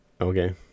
Okay